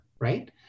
right